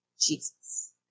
Jesus